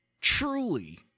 truly